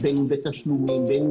אדוני, לו לא היתה פקודת המיסים גבייה,